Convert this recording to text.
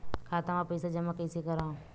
खाता म पईसा जमा कइसे करव?